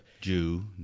Jew